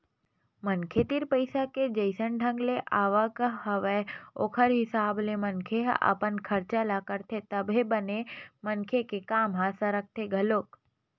मनखे तीर पइसा के जइसन ढंग ले आवक हवय ओखर हिसाब ले मनखे ह अपन खरचा ल करथे तभे बने मनखे के काम ह सरकथे घलोक